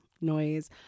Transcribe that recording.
noise